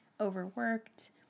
overworked